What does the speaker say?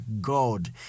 God